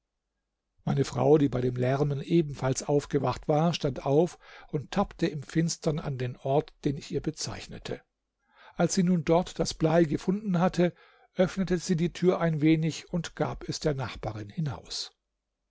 meine frau die bei dem lärmen ebenfalls aufgewacht war stand auf und tappte im finstern an den ort den ich ihr bezeichnete als sie nun dort das blei gefunden hatte öffnete sie die tür ein wenig und gab es der nachbarin hinaus